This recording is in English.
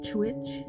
Twitch